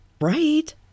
right